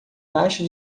taxa